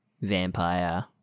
vampire